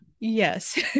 Yes